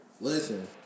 Listen